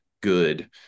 good